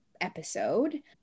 episode